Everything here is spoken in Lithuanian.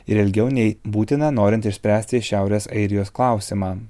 ir ilgiau nei būtina norint išspręsti šiaurės airijos klausimą